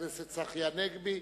חבר הכנסת צחי הנגבי.